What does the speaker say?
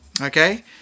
Okay